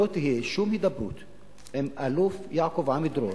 לא תהיה שום הידברות עם האלוף יעקב עמידרור,